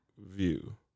view